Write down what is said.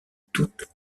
toutes